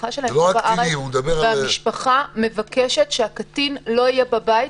המשפחה שלהם בארץ והמשפחה מבקשת שהקטין לא יהיה בבית,